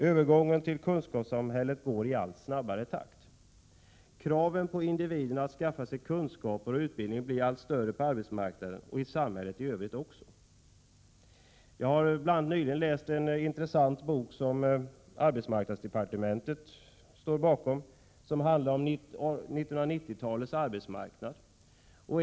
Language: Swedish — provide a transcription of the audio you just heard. Övergången till kunskapssamhället går i allt snabbare takt. Kraven på individen att skaffa sig kunskaper och utbildning blir allt större på arbetsmarknaden, och i samhället i övrigt också. Jag har nyligen läst en intressant bok som arbetsmarknadsdepartementet står bakom, som handlar om 1990-talets arbetsmarknad.